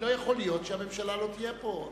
לא יכול להיות שהממשלה לא תהיה פה.